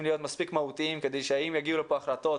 להיות מספיק מהותיים כדי שאם יגיעו לפה החלטות